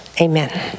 Amen